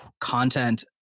content